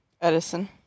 Edison